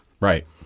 Right